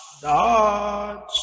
Dodge